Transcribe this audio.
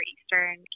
Eastern